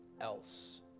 else